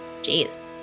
Jeez